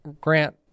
grant